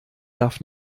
darf